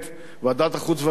ועדת החוץ והביטחון,